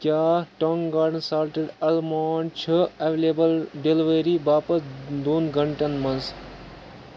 کیٛاہ Tong Garden salted almond چھ available delivery باپتھ دوٚن گھنٛٹَن منٛز